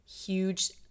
huge